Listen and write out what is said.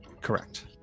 Correct